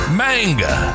manga